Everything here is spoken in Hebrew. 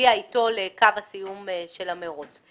שהגיע אתו לקו הסיום של המרוץ.